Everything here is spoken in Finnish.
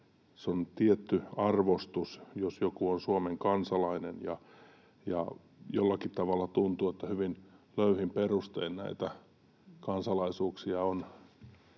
se on tietty arvostus, jos joku on Suomen kansalainen, ja jollakin tavalla tuntuu, että hyvin löyhin perustein näitä kansalaisuuksia on